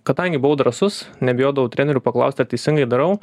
kadangi buvau drąsus nebijodavau trenerių paklausti ar teisingai darau